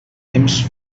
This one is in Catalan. temps